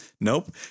Nope